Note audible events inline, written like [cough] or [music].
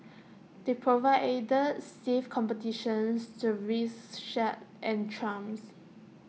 [noise] they provided stiff competitions to rickshaws and trams